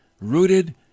rooted